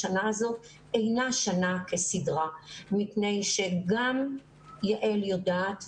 השנה הזאת אינה שנה כסדרה מפני שגם יעל יודעת,